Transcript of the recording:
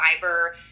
fiber